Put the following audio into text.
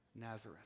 Nazareth